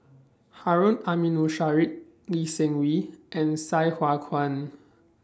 Harun Aminurrashid Lee Seng Wee and Sai Hua Kuan